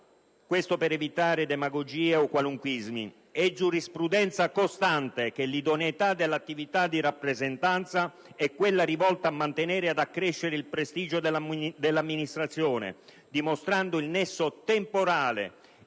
questo per evitare demagogia o qualunquismi - è giurisprudenza costante che l'idoneità dell'attività di rappresentanza è quella rivolta a mantenere o ad accrescere il prestigio dell'amministrazione, dimostrando il nesso temporale